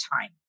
time